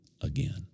again